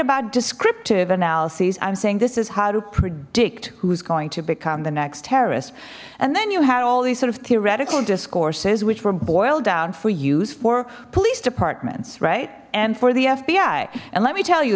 about descriptive analyses i'm saying this is how to predict who's going to become the next terrorist and then you have all these sort of theoretical discourses which were boiled down for use for police departments right and for the fbi and let me tell you